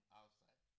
outside